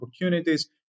opportunities